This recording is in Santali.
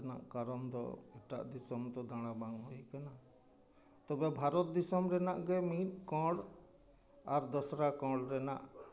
ᱠᱟᱨᱚᱱ ᱛᱚ ᱮᱴᱟᱜ ᱫᱤᱥᱚᱢ ᱦᱚᱸᱛᱚ ᱫᱟᱬᱟ ᱵᱟᱝ ᱦᱩᱭ ᱠᱟᱱᱟ ᱛᱚᱵᱮ ᱵᱷᱟᱨᱚᱛ ᱫᱤᱥᱚᱢ ᱨᱮᱱᱟᱜ ᱜᱮ ᱢᱤᱫ ᱠᱚᱬ ᱟᱨ ᱫᱚᱥᱨᱟ ᱠᱚᱬ ᱨᱮᱱᱟᱜ